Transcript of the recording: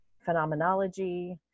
phenomenology